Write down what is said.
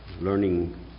learning